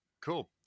cool